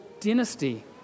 dynasty